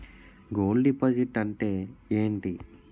Gold deposit అంతే ఎంటి?